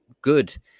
good